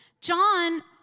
John